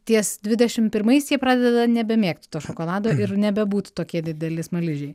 ties dvidešim pirmais jie pradeda nebemėgt to šokolado ir nebebūt tokie dideli smaližiai